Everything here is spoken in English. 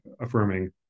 affirming